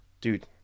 Dude